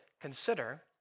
consider